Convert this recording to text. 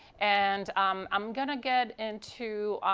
and um i'm going to get into